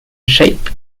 shape